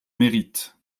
mérite